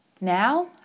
Now